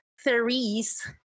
Therese